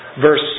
Verse